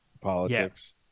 politics